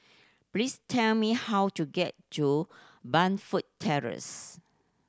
please tell me how to get to Burnfoot Terrace